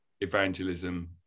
evangelism